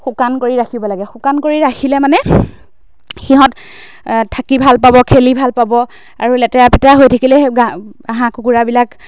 শুকান কৰি ৰাখিব লাগে শুকান কৰি ৰাখিলে মানে সিহঁত থাকি ভাল পাব খেলি ভাল পাব আৰু লেতেৰা পেতেৰা হৈ থাকিলে সেই গা হাঁহ কুকুৰাবিলাক